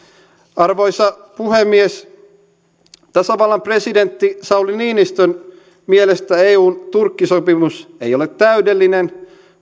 arvoisa puhemies tasavallan presidentti sauli niinistön mielestä eun turkki sopimus ei ole täydellinen